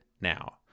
now